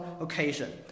occasion